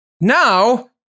Now